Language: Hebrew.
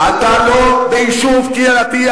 אתה לא ביישוב קהילתי,